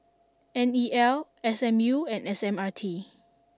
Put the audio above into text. N E L S M U and S M R T